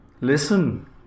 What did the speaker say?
Listen